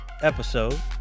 episode